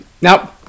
Now